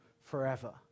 forever